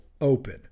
open